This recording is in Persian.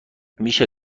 میشه